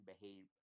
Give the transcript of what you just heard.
behave